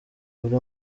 uri